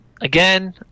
again